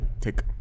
take